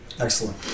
Excellent